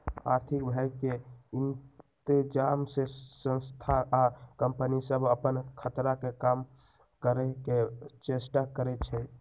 आर्थिक भय के इतजाम से संस्था आ कंपनि सभ अप्पन खतरा के कम करए के चेष्टा करै छै